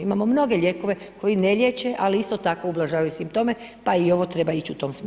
Imamo mnoge lijekove koji ne liječe, ali isto tako ublažavaju simptome, pa i ovo treba ići u tome smislu.